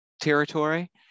territory